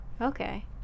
Okay